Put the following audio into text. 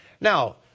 Now